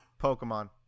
pokemon